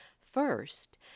First